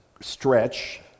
stretch